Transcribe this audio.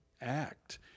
act